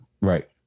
Right